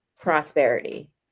prosperity